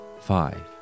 Five